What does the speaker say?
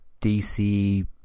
DC